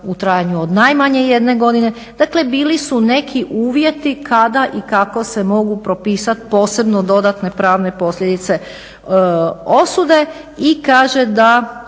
u trajanju od najmanje jedne godine. Dakle bili su neki uvjeti kada i kako se mogu propisat posebno dodatne pravne posljedice osude i kaže da